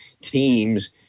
teams